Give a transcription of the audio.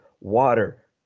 water